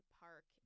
park